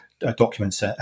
documents